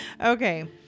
Okay